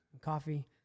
Coffee